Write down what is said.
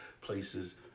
places